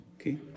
Okay